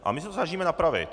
A my se to snažíme napravit.